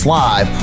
live